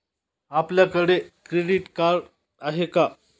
आपल्याकडे credit card आहे का?